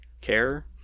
care